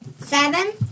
Seven